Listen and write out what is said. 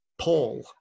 paul